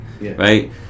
right